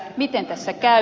miten tässä käy